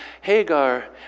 Hagar